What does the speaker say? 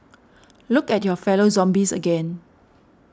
look at your fellow zombies again